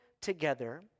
together